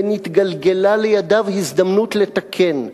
ונתגלגלה לידיו הזדמנות לתקן,